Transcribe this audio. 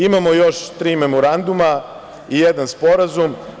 Imamo još tri memoranduma i jedan sporazum.